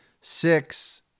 six